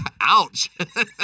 Ouch